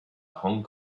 hong